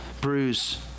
bruise